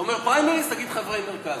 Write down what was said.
אתה אומר "פריימריז" תגיד "חברי מרכז".